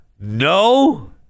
no